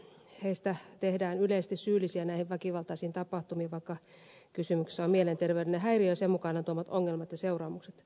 heistä tehdään yleisesti syyllisiä näihin väkivaltaisiin tapahtumiin vaikka kysymyksessä on mielenterveydellinen häiriö ja sen mukanaan tuomat ongelmat ja seuraamukset